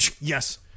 Yes